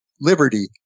liberty